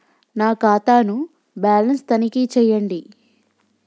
నా ఖాతా ను బ్యాలన్స్ తనిఖీ చేయండి?